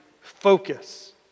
focus